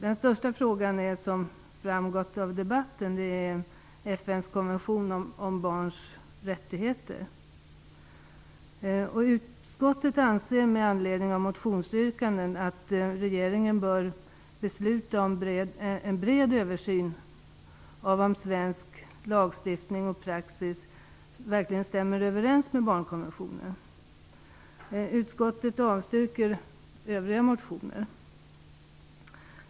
Den största frågan är, som framgått av debatten, FN:s konvention om barns rättigheter. Utskottet anser med anledning av motionsyrkandena att regeringen bör besluta om en bred översyn av om svensk lagstiftning och praxis verkligen stämmer överens med barnkonventionen. Utskottet avstyrker övriga motioner.